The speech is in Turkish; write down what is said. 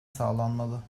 sağlanmalı